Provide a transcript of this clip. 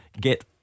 Get